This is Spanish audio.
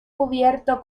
cubierto